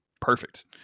Perfect